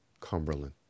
Cumberland